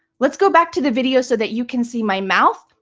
let's go back to the video so that you can see my mouth.